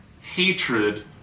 hatred